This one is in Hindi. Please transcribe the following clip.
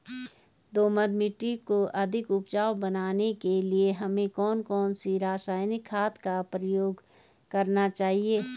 दोमट मिट्टी को अधिक उपजाऊ बनाने के लिए हमें कौन सी रासायनिक खाद का प्रयोग करना चाहिए?